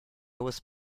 was